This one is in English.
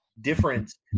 difference